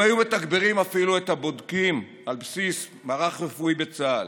אם היו מתגברים אפילו את הבודקים על בסיס מערך רפואי בצה"ל,